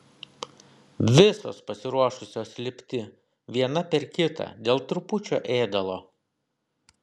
visos pasiruošusios lipti viena per kitą dėl trupučio ėdalo